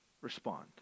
respond